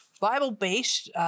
Bible-based